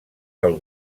del